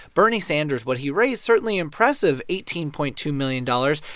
bernie sanders, what he raised, certainly impressive eighteen point two million dollars.